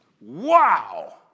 wow